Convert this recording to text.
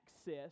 access